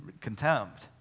contempt